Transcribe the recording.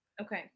okay